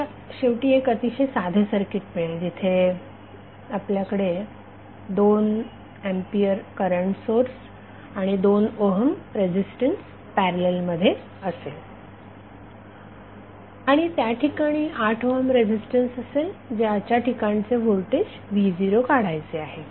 आपल्याला शेवटी एक अतिशय साधे सर्किट मिळेल जिथे आपल्याकडे 2 एंपियर करंट सोर्स आणि 2 ओहम रेझिस्टन्स पॅरलल मध्ये असेल आणि त्या ठिकाणी 8 ओहम रेझिस्टन्स असेल ज्याच्या ठिकाणचे व्होल्टेज v0 काढायचं आहे